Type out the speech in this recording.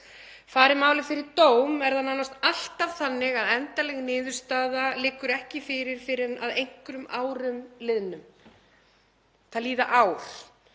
Fari málið fyrir dóm er það nánast alltaf þannig að endanleg niðurstaða liggur ekki fyrir fyrr en að einhverjum árum liðnum. Það líða ár.